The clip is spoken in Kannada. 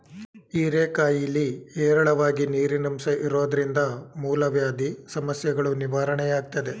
ಹೀರೆಕಾಯಿಲಿ ಹೇರಳವಾಗಿ ನೀರಿನಂಶ ಇರೋದ್ರಿಂದ ಮೂಲವ್ಯಾಧಿ ಸಮಸ್ಯೆಗಳೂ ನಿವಾರಣೆಯಾಗ್ತದೆ